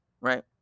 right